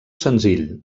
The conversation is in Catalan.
senzill